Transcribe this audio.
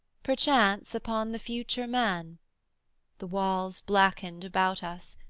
perchance upon the future man the walls blackened about us,